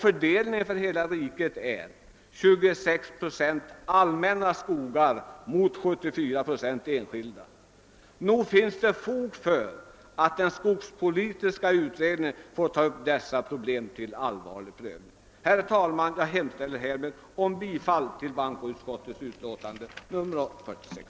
Fördelningen för hela riket uppgår till 26 procent allmänna skogar mot 74 procent enskilda. Nog finns det fog för att den skogspolitiska utredningen tar upp dessa problem till allvarlig prövning. Herr talman! Jag ber att få yrka bifall till bankoutskottets hemställan i dess utlåtande nr 46.